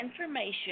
information